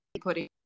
putting